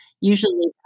usually